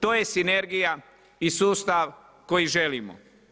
To je sinergija i sustav koji želimo.